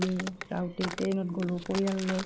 আমি যাওঁতে ট্ৰেইনত গ'লোঁ পৰিয়াল লৈ